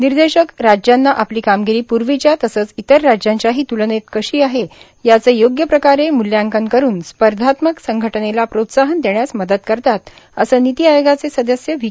निर्देशक राज्यांना आपली कामगिरी पूर्वीच्या तसंच इतर राज्यांच्याही तुलनेत कशी आहे याचं योग्य प्रकारे मूल्यांकर करून स्पर्धात्मक संघटनेला प्रोत्साहन देण्यास मदत करतात असं निती आयोगाचे सदस्य व्ही